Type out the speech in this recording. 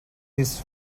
his